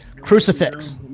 Crucifix